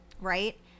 right